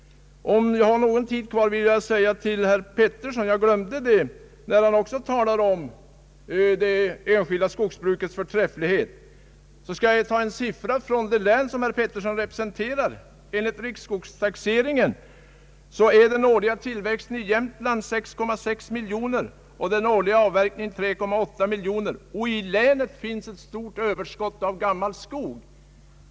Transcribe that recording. Herr Karl Pettersson talade om det enskilda skogsbrukets förträfflighet. Jag vill då ta ett exempel från det län som herr Pettersson representerar. Enligt riksskogstaxeringen är den årliga tillväxten i Jämtlands län 6,6 miljoner kubikmeter och den årliga avverkningen 3,8 miljoner, I länet finns ett stort överskott av gammal skog.